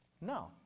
No